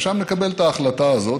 ושם נקבל את ההחלטה הזאת,